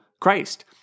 Christ